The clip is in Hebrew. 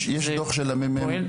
יש דוח של הממ"מ.